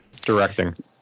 directing